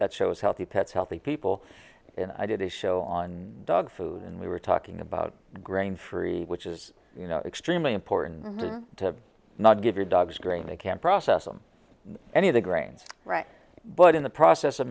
that shows healthy pets healthy people and i did a show on dog food and we were talking about grain free which is you know extremely important to not give your dogs grain they can't process them any of the grains but in the process of